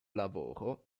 lavoro